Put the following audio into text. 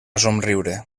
somriure